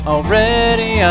Already